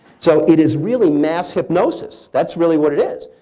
so it is really mass hypnosis. that's really what it is.